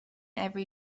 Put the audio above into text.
every